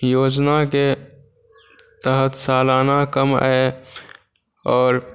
योजनाके तहत सालाना कम आय आओर